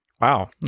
Wow